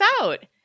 out